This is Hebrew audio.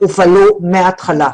הופעלו מהתחלה,